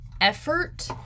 effort